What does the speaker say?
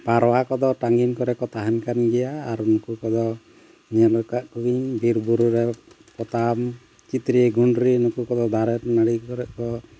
ᱯᱟᱣᱨᱟ ᱠᱚᱫᱚ ᱴᱟᱺᱜᱤᱱ ᱠᱚᱨᱮ ᱠᱚ ᱛᱟᱦᱮᱱ ᱠᱟᱱ ᱜᱮᱭᱟ ᱟᱨ ᱱᱩᱠᱩ ᱠᱚᱫᱚ ᱧᱮᱞ ᱟᱠᱟᱫ ᱠᱚᱜᱮᱭᱟᱹᱧ ᱵᱤᱨ ᱵᱩᱨᱩ ᱨᱮ ᱯᱚᱛᱟᱢ ᱪᱤᱛᱨᱤ ᱜᱩᱸᱰᱨᱤ ᱱᱩᱠᱩ ᱠᱚᱫᱚ ᱫᱟᱨᱮ ᱱᱟᱹᱲᱤ ᱠᱚᱨᱮᱫ ᱠᱚ